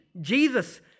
Jesus